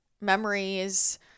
memories